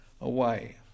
away